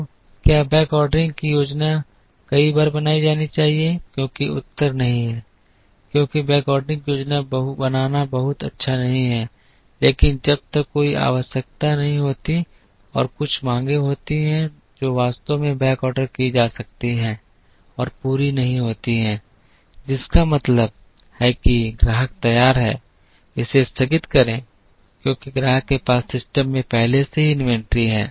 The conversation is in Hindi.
तो क्या बैकऑर्डरिंग की योजना कई बार बनाई जानी चाहिए क्योंकि उत्तर नहीं है क्योंकि बैकऑर्डरिंग की योजना बनाना बहुत अच्छा नहीं है लेकिन जब तक कोई आवश्यकता नहीं होती है और कुछ मांगें होती हैं जो वास्तव में बैकऑर्डर की जा सकती हैं और पूरी नहीं होती हैं जिसका मतलब है कि ग्राहक तैयार है इसे स्थगित करें क्योंकि ग्राहक के पास सिस्टम में पहले से ही इन्वेंट्री है